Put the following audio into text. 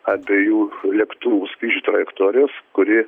abiejų lėktuvų skrydžių trajektorijos kuri